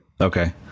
Okay